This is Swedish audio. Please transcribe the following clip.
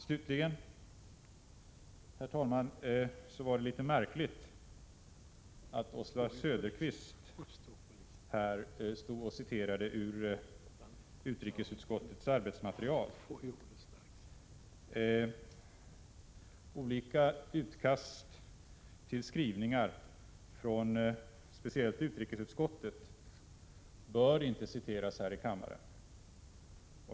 Slutligen var det, herr talman, litet märkligt att Oswald Söderqvist här i talarstolen citerade ur utrikesutskottets arbetsmaterial. Olika utkast till skrivningar från speciellt utrikesutskottet bör inte citeras här i kammaren.